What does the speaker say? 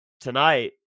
Tonight